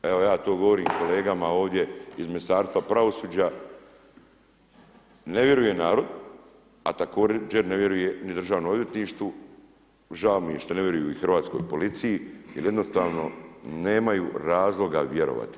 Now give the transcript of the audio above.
Evo, ja to govorim kolegama ovdje, iz Ministarstva pravosuđa, ne vjeruje narod, a također ne vjeruju ni Državnom odvjetništvu, žao mi je što ne vjeruju i hrvatskoj policiji, jer jednostavno nemaju razloga vjerovati.